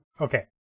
Okay